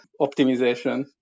optimization